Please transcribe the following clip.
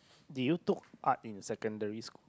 did you took art in secondary school